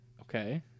Okay